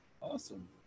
Awesome